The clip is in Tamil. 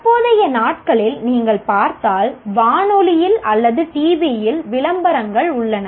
தற்போதைய நாட்களில் நீங்கள் பார்த்தால் வானொலியில் அல்லது டிவியில் விளம்பரங்கள் உள்ளன